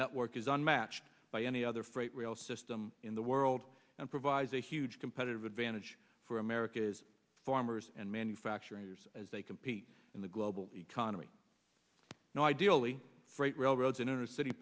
network is unmatched by any other freight rail system in the world and provides a huge competitive advantage for america's farmers and manufacturing yours as they compete in the global economy no ideally freight railroads in inner city